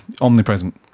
omnipresent